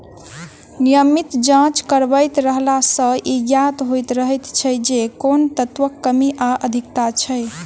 नियमित जाँच करबैत रहला सॅ ई ज्ञात होइत रहैत छै जे कोन तत्वक कमी वा अधिकता छै